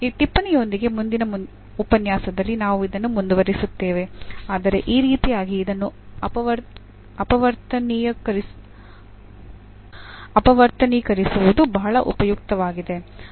ಈ ಟಿಪ್ಪಣಿಯೊಂದಿಗೆ ಮುಂದಿನ ಉಪನ್ಯಾಸದಲ್ಲಿ ನಾವು ಇದನ್ನು ಮುಂದುವರಿಸುತ್ತೇವೆ ಆದರೆ ಈ ರೀತಿಯಾಗಿ ಇದನ್ನು ಅಪವರ್ತನೀಕರಿಸುವುದು ಬಹಳ ಉಪಯುಕ್ತವಾಗಿದೆ